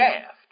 Shaft